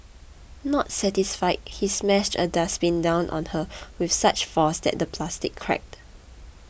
not satisfied he smashed a dustbin down on her with such force that the plastic cracked